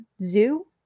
zoo